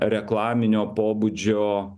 reklaminio pobūdžio